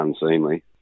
unseemly